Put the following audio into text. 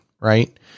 right